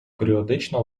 періодично